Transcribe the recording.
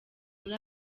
muri